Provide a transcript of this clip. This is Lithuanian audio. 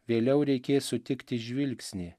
vėliau reikės sutikti žvilgsnį